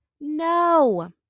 No